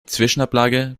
zwischenablage